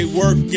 work